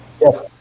Yes